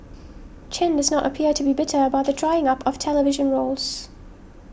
Chen does not appear to be bitter about the drying up of television roles